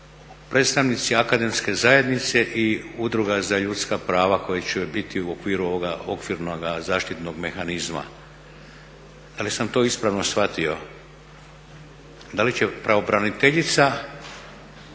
predstavnici akademske zajednice i Udruga za ljudska prava kojih će biti u okviru ovoga okvirnoga zaštitnoga mehanizma. Da li sam to ispravno shvatio da li će pravobraniteljica